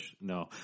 no